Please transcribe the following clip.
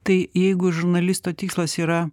tai jeigu žurnalisto tikslas yra